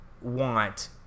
want